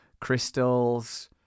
crystals